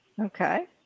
Okay